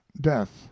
death